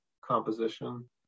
composition